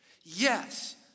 Yes